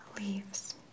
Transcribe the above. leaves